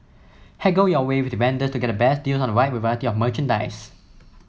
haggle your way with the vendors to get the best deals on a wide variety of merchandise